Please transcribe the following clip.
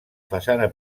façana